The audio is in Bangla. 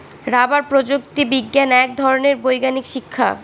রাবার প্রযুক্তি বিজ্ঞান এক ধরনের বৈজ্ঞানিক শিক্ষা